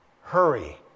hurry